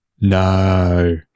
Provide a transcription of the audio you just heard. No